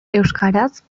euskaraz